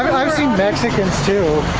i've seen mexicans too.